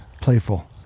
playful